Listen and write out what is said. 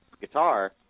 guitar